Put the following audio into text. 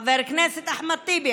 חבר הכנסת אחמד טיבי,